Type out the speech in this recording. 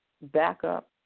backup